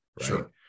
Sure